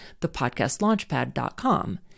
thepodcastlaunchpad.com